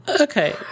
Okay